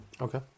okay